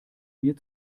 mir